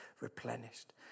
replenished